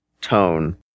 tone